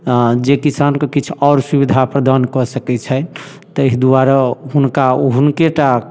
जे किसानके किछु आओर सुविधा प्रदान कऽ सकै छथि ताहि दुआरे हुनका ओ हुनके टा